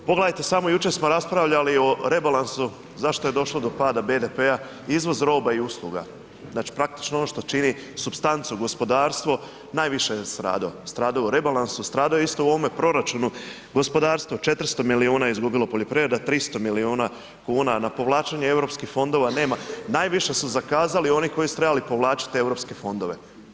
Pogledajte samo jučer smo raspravljali o rebalansu, zašto je došlo do pada BDP-a, izvoz roba i usluga, znači praktično ono što čini supstancu gospodarstvo, najviše je stradao, stradao u rebalansu, stradao je isto u ovome proračunu, gospodarstvo 400 milijuna je izgubilo poljoprivreda a 300 milijuna kuna, na povlačenje eu fondova nema, najviše su zakazali oni koji su trebali povlačiti europske fondove.